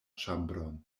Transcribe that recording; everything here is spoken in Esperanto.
ĉambron